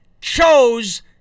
chose